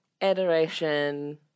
Adoration